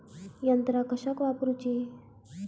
यंत्रा कशाक वापुरूची?